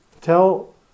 tell